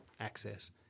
access